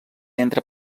entre